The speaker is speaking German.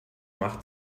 mach